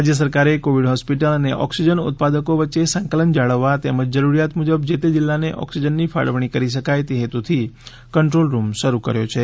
રાજ્ય સરકારે Covid hospital અને ઓક્સિજન ઉત્પાદકો વચ્ચે સંકલન જાળવવા તેમજ જરૂરિયાત મુજબ જે તે જિલ્લાને ઓક્સિજનની ફાળવણી કરી શકાય તે હેતુથી કંટ્રોલ રૂમ શરૂ કર્યો છે